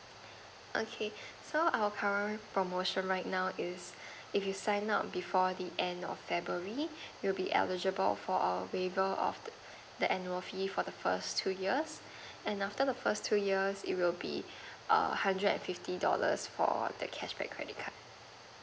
okay so our current promotion right now is if you sign up before the end of february you'll be eligible for a waiver off the annual fee for the first two years and after the first two years it will be a hundred and fifty dollars for that cash back credit card